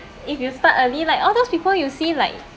if you start early like all those people you see like